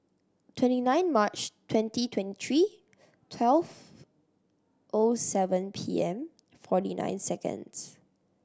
twenty nine March twenty twenty three twelve O seven P M forty nine seconds